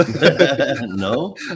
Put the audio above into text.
no